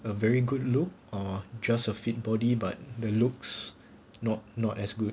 a very good look or just a fit body but the looks not not as good